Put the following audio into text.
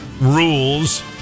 Rules